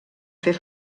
fer